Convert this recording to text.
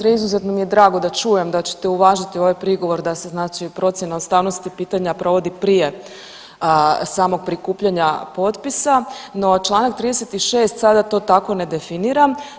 Evo ministre izuzetno mi je drago da čujem da ćete uvažiti ovaj prigovor da se znači procjena ustavnosti pitanja provodi prije samog prikupljanja potpisa, no čl. 36. sada to tako ne definira.